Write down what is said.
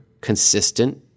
consistent